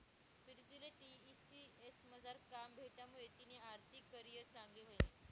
पीरतीले टी.सी.एस मझार काम भेटामुये तिनी आर्थिक करीयर चांगली व्हयनी